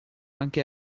anche